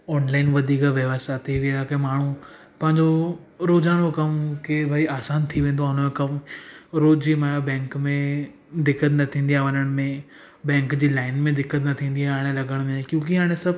online वधीक व्यवस्था थी वई आहे की माण्हू पंहिंजो रोज़ानो कमु कीअं भाई आसानु थी वेंदो आहे उन जो कमु रोज़ु की माना बैंक में दिक़त न थींदी आहे वञण में बैंक जे लाइन में दिक़त न थींदी आहे हाणे लॻण में क्योंकी हाणे सभु